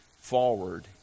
forward